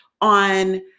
on